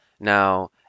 Now